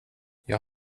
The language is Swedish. jag